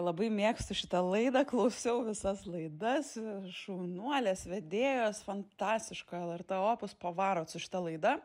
labai mėgstu šitą laidą klausiau visas laidas šaunuolės vedėjos fantastiška lrt opus pavarot su šita laida